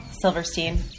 Silverstein